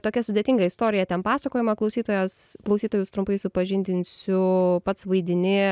tokia sudėtinga istorija ten pasakojimą klausytojas klausytojus trumpai supažindinsiu pats vaidini